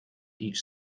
each